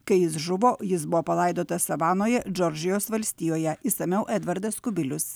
kai jis žuvo jis buvo palaidotas savanoje džordžijos valstijoje išsamiau edvardas kubilius